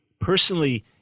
personally